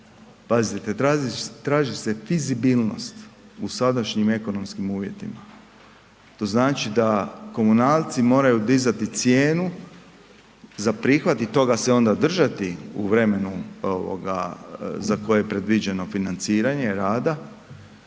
Pazite, traži se fizibilnost u sadašnjim ekonomskim uvjetima, to znači da komunalci moraju dizati cijenu za prihvat i toga se onda držati u vremenu ovoga za koje je predviđeno financiranje rada,